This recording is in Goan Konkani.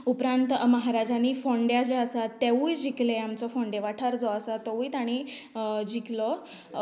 उपरांत महाराजांनी फोंड्या जें आसा तेंवूय जिकलें आमचो फोंडे वाठार जो आसा तोवूय तांणी जिकलो